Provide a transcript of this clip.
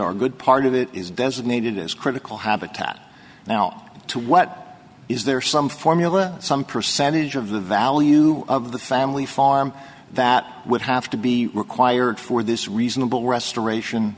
or good part of it is designated as critical habitat now to what is there some formula some percentage of the value of the family farm that would have to be required for this reasonable restoration